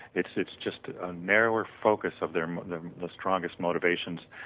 it's it's just a narrower focus of their strongest motivations,